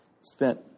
spent